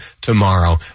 tomorrow